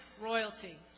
royalty